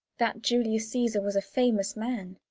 that julius caesar was a famous man